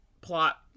plot